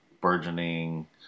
burgeoning